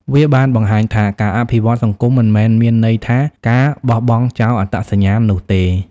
វាបានបង្ហាញថាការអភិវឌ្ឍសង្គម មិនមែនមានន័យថាការបោះបង់ចោលអត្តសញ្ញាណនោះទេ។